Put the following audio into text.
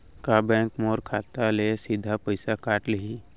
का बैंक मोर खाता ले सीधा पइसा काट लिही?